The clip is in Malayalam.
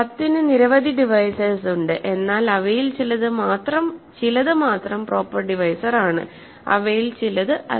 10 ന് നിരവധി ഡിവൈസേഴ്സ് ഉണ്ട് എന്നാൽ അവയിൽ ചിലത് മാത്രം പ്രോപ്പർ ഡിവൈസർ ആണ് അവയിൽ ചിലത് അല്ല